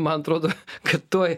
man atrodo kad tuoj